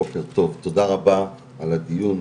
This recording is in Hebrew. בוקר טוב, תודה רבה על הדיון.